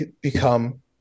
become